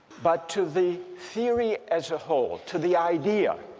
but to the theory as a whole, to the idea